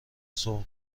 سوق